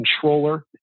controller